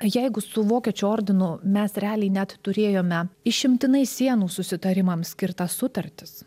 jeigu su vokiečių ordinu mes realiai net turėjome išimtinai sienų susitarimams skirtas sutartis